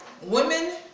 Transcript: women